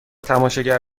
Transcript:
تماشاگر